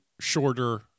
shorter